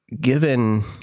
Given